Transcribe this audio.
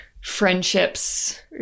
friendships